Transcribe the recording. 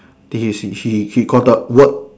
did you see he he got the word